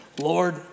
Lord